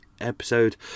episode